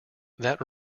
that